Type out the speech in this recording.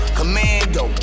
commando